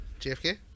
JFK